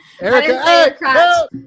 Erica